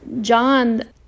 John